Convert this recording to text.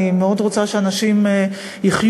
אני מאוד רוצה שאנשים יחיו,